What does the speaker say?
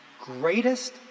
greatest